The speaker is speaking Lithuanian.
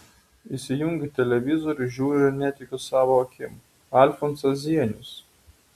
įsijungiu televizorių žiūriu ir netikiu savo akim alfonsas zienius